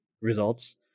results